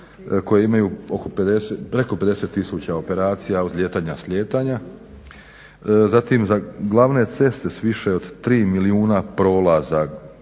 koje imaju preko 50 tisuća operacija uzlijetanja, slijetanja. Zatim za glavne ceste sa više od 3 milijuna prolaza